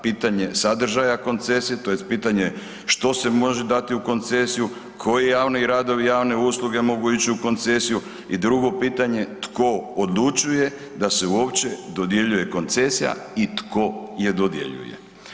Pitanje sadržaja koncesije, tj. pitanje što se može dati u koncesiju, koji javni radovi i javne usluge mogu ići u koncesiju i drugo pitanje, tko odlučuje da se uopće dodjeljuje koncesija i tko je dodjeljuje?